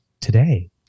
today